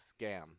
Scam